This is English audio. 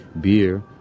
Beer